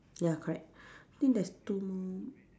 ya correct think there's two more